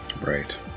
Right